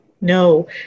No